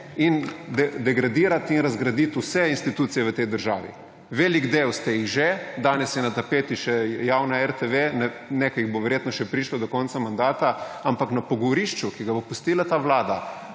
in degradirati in razgraditi vse institucije v tej državi. Velik del ste jih že, danes je na tapeti še javna RTV, nekaj jih bo verjetno še prišlo do konca mandata, ampak na pogorišču, ki ga bo pustila ta Vlada,